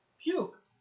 puke